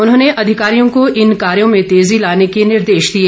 उन्होंने अधिकारियों को इन कार्यों में तेजी लाने के निर्देश दिए